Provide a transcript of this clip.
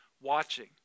watching